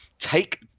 take